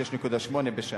6.8 בשנה,